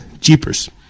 Jeepers